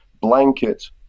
blanket